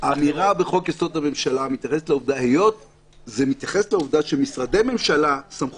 אבל האמירה בחוק יסוד: הממשלה מתייחסת לעובדה שמשרדי ממשלה,